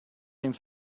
and